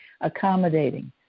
accommodating